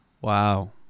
Wow